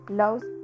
loves